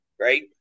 right